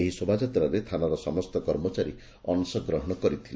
ଏହି ଶୋଭାଯାତ୍ରାରେ ଥାନାର ସମସ୍ତ କର୍ମଚାରୀ ଅଂଶଗ୍ରହଣ କରିଥିଲେ